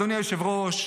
אדוני היושב-ראש,